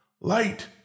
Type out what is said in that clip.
Light